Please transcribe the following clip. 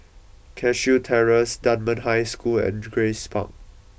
Cashew Terrace Dunman High School and Grace Park